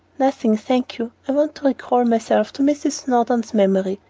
nothing, thank you. i want to recall myself to mrs. snowdon's memory,